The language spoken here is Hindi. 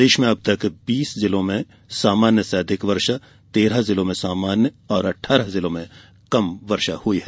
प्रदेश में अब तक बीस जिलों में सामान्य से अधिक वर्षा तेरह जिलों में सामान्य और अठारह जिलों में कम वर्षा हुई है